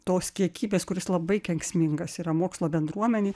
tos kiekybės kuris labai kenksmingas yra mokslo bendruomenei